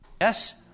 Yes